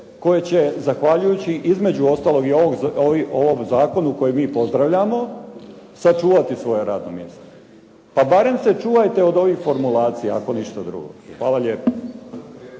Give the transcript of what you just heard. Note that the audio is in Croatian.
koje će zahvaljujući između ostalog i ovom zakonu koji mi pozdravljamo, sačuvati svoje radno mjesto. Pa barem se čuvajte od ovih formulacija ako ništa drugo. Hvala lijepo.